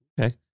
Okay